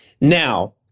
Now